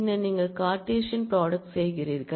பின்னர் நீங்கள் Cartesian product செய்கிறீர்கள்